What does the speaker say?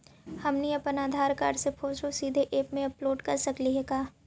हमनी अप्पन आधार कार्ड के फोटो सीधे ऐप में अपलोड कर सकली हे का?